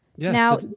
Now